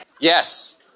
Yes